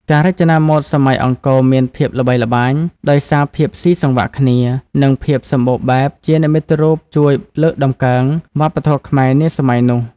ការរចនាម៉ូដសម័យអង្គរមានភាពល្បីល្បាញដោយសារភាពស៊ីសង្វាក់គ្នា និងភាពសម្បូរបែបជានិមិត្តរូបជួយលើកតម្កើងវប្បធម៌ខ្មែរនាសម័យនោះ។